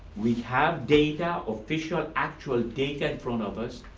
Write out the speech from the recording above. we have data, official actual data from ah this.